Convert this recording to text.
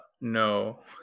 no